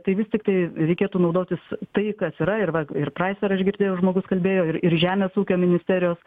tai vis tiktai reikėtų naudotis tai kas yra ir va ir praiser aš girdėjau žmogus kalbėjo ir ir žemės ūkio ministerijos